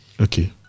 Okay